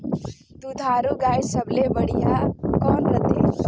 दुधारू गाय सबले बढ़िया कौन रथे?